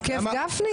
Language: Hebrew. עוקף גפני?